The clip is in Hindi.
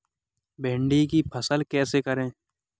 भिंडी की फसल कैसे करें?